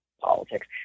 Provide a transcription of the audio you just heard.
politics